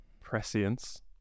prescience